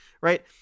Right